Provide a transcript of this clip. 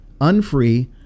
unfree